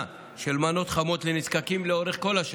של מנות חמות לנזקקים לאורך כל השנה.